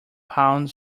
pound